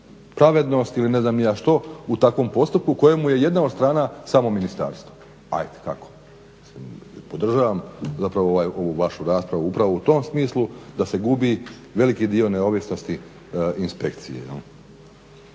pravednost ili ne znam ni ja što u takvom postupku u kojemu je jedna od strana samo ministarstvo? Ajde kako? Podržavam zapravo ovu vašu raspravu upravo u tom smislu da se gubi veliki dio neovisnosti inspekcije,